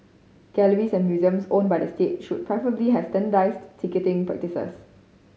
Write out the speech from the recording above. galleries and museums owned by the state should preferably has standardised ticketing practices